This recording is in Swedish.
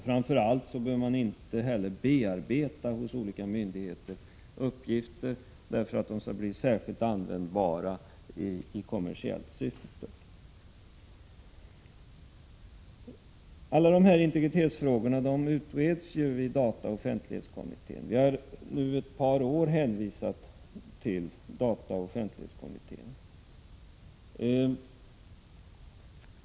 Framför allt bör inte heller hos olika myndigheter uppgifter bearbetas för att bli särskilt användbara i kommersiellt syfte. Alla dessa integritetsfrågor utreds i dataoch offentlighetskommittén. Vi har nu i ett par år hänvisat till den.